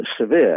severe